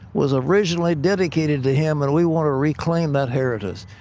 was originally dedicated to him and we want to reclaim that heritage.